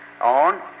on